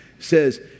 says